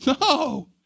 No